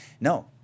no